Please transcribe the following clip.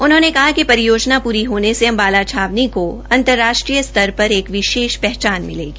उन्होंने कहा कि रियोजना पूरी होने से अम्बाला छावनी को अंतर्राष्ट्रीय स्तर र एक विशेष हचान मिलेगी